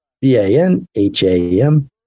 B-A-N-H-A-M